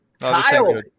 Kyle